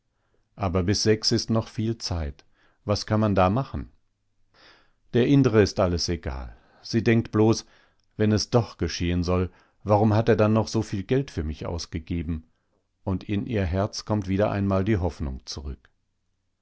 aber bis sechs ist noch viel zeit was kann man da machen der indre ist alles egal sie denkt bloß wenn es doch geschehen soll warum hat er dann noch so viel geld für mich ausgegeben und in ihr herz kommt wieder einmal die hoffnung zurück